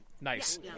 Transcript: Nice